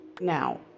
now